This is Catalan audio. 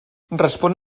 respon